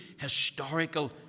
historical